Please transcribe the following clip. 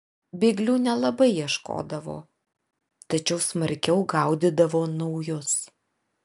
bėglių nelabai ieškodavo tačiau smarkiau gaudydavo naujus